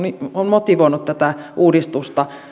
on motivoinut tätä uudistusta